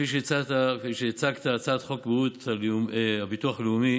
כפי שהצגת: הצעת חוק הביטוח הלאומי